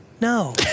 No